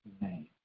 name